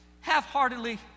half-heartedly